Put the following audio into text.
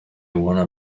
wanna